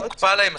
הוקפא להן?